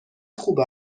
خوب